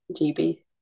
GB